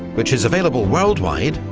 which is available worldwide,